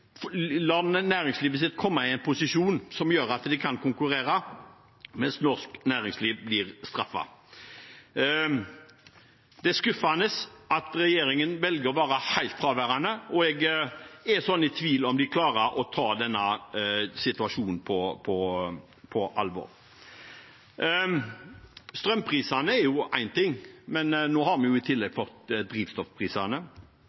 næringslivet sitt komme i en posisjon som gjør at de kan konkurrere, mens norsk næringsliv blir straffet. Det er skuffende at regjeringen velger å være helt fraværende, og jeg er i tvil om de klarer å ta denne situasjonen på alvor. Strømprisene er én ting, men nå har vi i